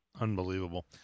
Unbelievable